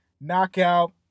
Knockout